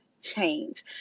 change